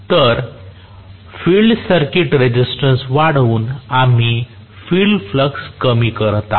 तर field circuit resistance वाढवून आम्ही फील्ड फ्लक्स कमी करत आहोत